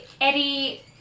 Eddie